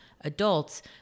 adults